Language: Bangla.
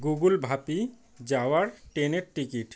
গুগল ভাপি যাওয়ার ট্রেনের টিকিট